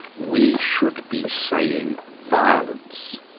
we should be saying violence.